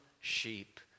sheep